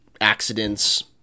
accidents